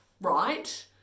right